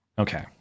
Okay